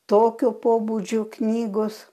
tokio pobūdžio knygos